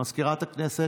למזכירת הכנסת,